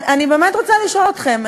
אני באמת רוצה לשאול אתכם,